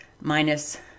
minus